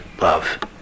love